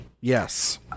Yes